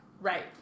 Right